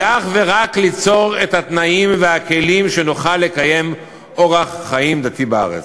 היא אך ורק ליצור את התנאים ואת הכלים שנוכל לקיים אורח חיים דתי בארץ.